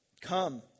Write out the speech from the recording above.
Come